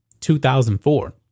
2004